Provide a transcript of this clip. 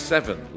seven